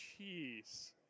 jeez